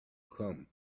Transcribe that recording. come